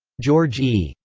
george e.